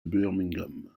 birmingham